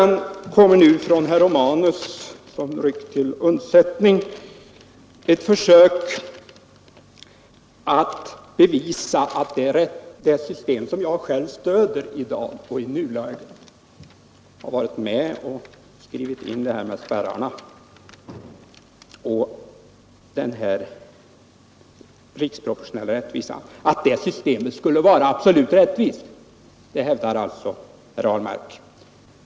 Nu gör herr Romanus, som ryckte till undsättning, ett försök att bevisa att det system som jag själv stöder — jag har varit med om att utforma det när det gäller spärrarna och riksproportionaliteten — skulle vara absolut rättvist.